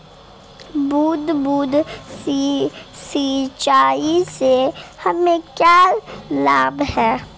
बूंद बूंद सिंचाई से हमें क्या लाभ है?